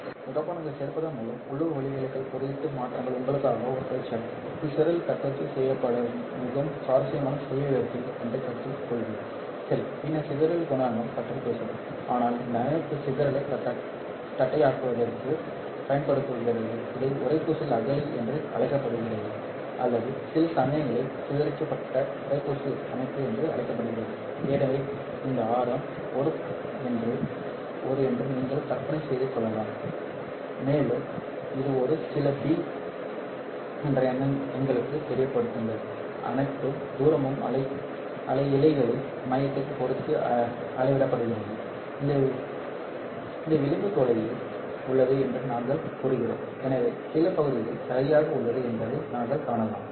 இங்கே டோபண்டுகளைச் சேர்ப்பதன் மூலம் உள்ளூர் ஒளிவிலகல் குறியீட்டு மாற்றங்கள் உங்களுக்கான ஒரு பயிற்சியாகும் இது சிதறலைத் தட்டச்சு செய்யப் பயன்படும் மிகவும் சுவாரஸ்யமான சுயவிவரத்தில் ஒன்றைக் கருத்தில் கொள்வேன் சரி பின்னர் சிதறல் குணகம் பற்றி பேசுவோம் ஆனால் இந்த அமைப்பு சிதறலை தட்டையாக்குவதற்கு பயன்படுத்தப்படுகிறது இது உறைப்பூச்சில் அகழி என்று அழைக்கப்படுகிறது அல்லது சில சமயங்களில் சிதறடிக்கப்பட்ட உறைப்பூச்சு அமைப்பு என்று அழைக்கப்படுகிறது எனவே இந்த ஆரம் ஒரு என்று நீங்கள் கற்பனை செய்து கொள்ளலாம் மேலும் இது ஒரு சில B என்று எங்களுக்குத் தெரியப்படுத்துங்கள் அனைத்து தூரமும் இழைகளின் மையத்தைப் பொறுத்து அளவிடப்படுகிறது இந்த விளிம்பு தொலைவில் உள்ளது என்று நாங்கள் கூறுகிறோம் எனவே சில பகுதிகள் சரியாக உள்ளன என்பதை நீங்கள் காணலாம்